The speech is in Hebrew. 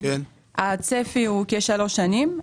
הצפי הוא כ-3 שנים.